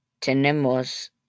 tenemos